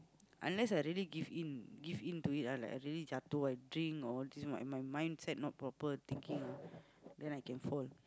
unless I really give in give in to it ah like I really jatuh I drink or all these my my mindset not proper thinking then I can fall